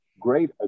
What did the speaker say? great